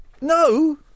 no